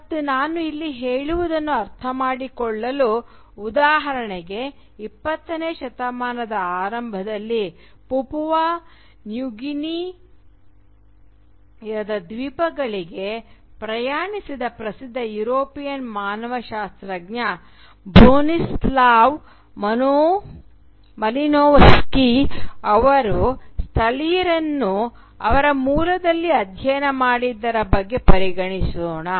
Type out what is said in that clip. ಮತ್ತು ನಾನು ಇಲ್ಲಿ ಹೇಳುವುದನ್ನು ಅರ್ಥಮಾಡಿಕೊಳ್ಳಲು ಉದಾಹರಣೆಗೆ 20 ನೇ ಶತಮಾನದ ಆರಂಭದಲ್ಲಿ ಪಪುವಾ ನ್ಯೂಗಿನಿಯಾದ ದ್ವೀಪಗಳಿಗೆ ಪ್ರಯಾಣಿಸಿದ ಪ್ರಸಿದ್ಧ ಯುರೋಪಿಯನ್ ಮಾನವಶಾಸ್ತ್ರಜ್ಞ ಬ್ರೊನಿಸ್ಲಾವ್ ಮಲಿನೋವ್ಸ್ಕಿ ಅವರು ಸ್ಥಳೀಯರನ್ನು ಅವರ "ಮೂಲದಲ್ಲಿ" ಅಧ್ಯಯನ ಮಾಡಿದ್ದರ ಬಗ್ಗೆ ಪರಿಗಣಿಸೋಣ